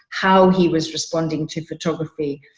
how he was responding to photography,